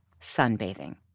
sunbathing